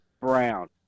brown